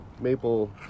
maple